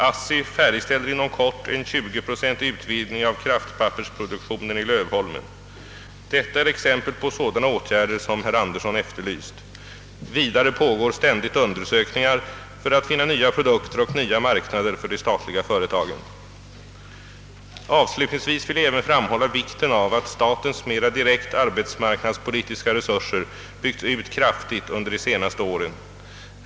ASSI färdigställer inom kort en tjugoprocentig utvidgning av kraftpappersproduktionen i Lövholmen, Detta är exempel på sådana åtgärder som herr Andersson efterlyst. Vidare pågår ständigt undersökningar för att finna nya produkter och nya marknader för de statliga företagen. Avslutningsvis vill jag även framhålla vikten av att statens mera direkt arbetsmarknadspolitiska resurser byggts ut kraftigt under de senaste åren.